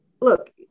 look